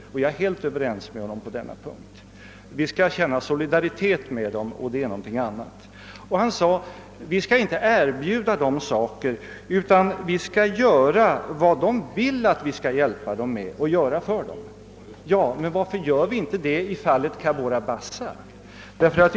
Jag är helt överens med honom på den punkten. Vi skall känna solidaritet med dem och det är någonting annat. Utrikesministern sade vidare att vi inte skall erbjuda dem saker, utan vi skall göra vad de vill att vi skall hjälpa dem med och göra för dem. Ja, men varför gör vi inte det i fallet Cabora Bassa?